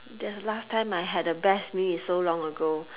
the last time I had a best meal is so long ago